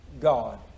God